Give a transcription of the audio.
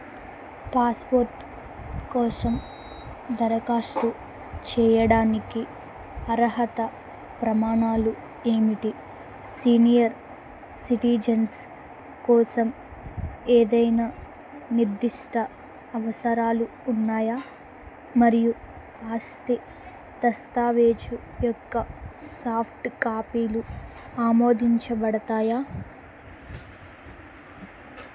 passport కోసం దరఖాస్తు చెయ్యడానికి అర్హత ప్రమాణాలు ఏమిటి సీనియర్ సిటీజన్స్ కోసం ఏదైనా నిర్దిష్ట అవసరాలు ఉన్నాయా మరియు ఆస్తి దస్తావేజు యొక్క సాఫ్ట్ కాపీలు ఆమోదించబడతాయా